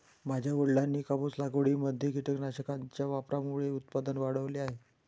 माझ्या वडिलांनी कापूस लागवडीमध्ये कीटकनाशकांच्या वापरामुळे उत्पादन वाढवले आहे